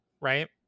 right